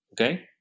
Okay